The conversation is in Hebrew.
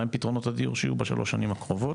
מהם פתרונות הדיור שיהיו בשלוש השנים הקרובות?